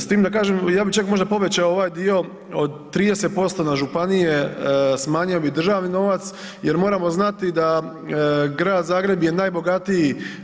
S tim da kažem, ja bih čak možda povećao ovaj dio od 30% na županije, smanjio bi državni novac jer moramo znati da Grad Zagreb je najbogatiji.